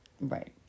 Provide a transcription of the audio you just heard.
right